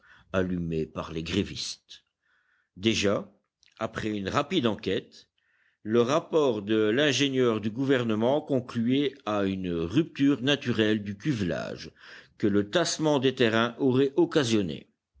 allumé par les grévistes déjà après une rapide enquête le rapport de l'ingénieur du gouvernement concluait à une rupture naturelle du cuvelage que le tassement des terrains aurait occasionnée